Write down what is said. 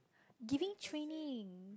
giving training